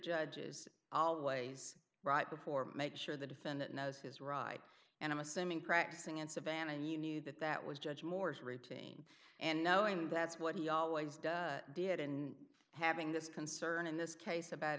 judges always right before make sure the defendant knows his ride and i'm assuming practicing in savannah and you knew that that was judge moore's routine and knowing that's what he always does did and having this concern in this case about